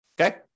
okay